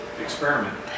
experiment